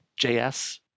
JS